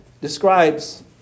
describes